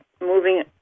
moving